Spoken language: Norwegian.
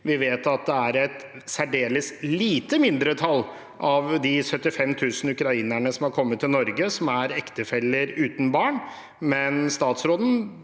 Vi vet at det er et særdeles lite mindretall av de 75 000 ukrainerne som har kommet til Norge, som er ektefeller uten barn. Jeg mener statsråden